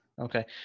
Okay